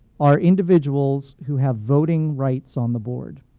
are individuals who have voting rights on the board.